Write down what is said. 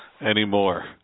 anymore